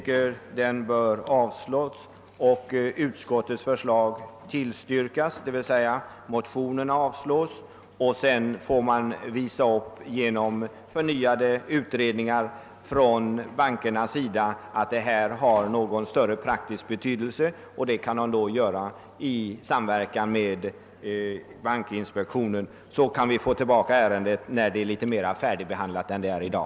Jag tillstyrker alltså utskottets hemställan om avslag på motionerna. Sedan får man, genom utredning från bankernas sida, visa upp att detta verkligen har någon praktisk betydelse. Utredningen kan göras i samverkan med bankinspektionen. Sedan kan vi få tillbaka ärendet i litet mer färdigbehandlat skick än i dag.